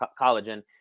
collagen